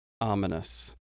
ominous